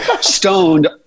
stoned